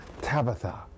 Tabitha